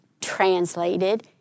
translated